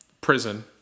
prison